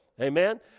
Amen